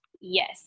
yes